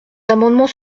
amendements